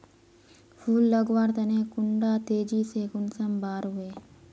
फुल लगवार तने कुंडा तेजी से कुंसम बार वे?